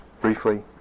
briefly